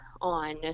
on